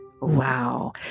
Wow